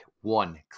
one